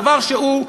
דבר שהוא,